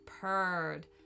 purred